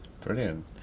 Brilliant